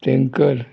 tanker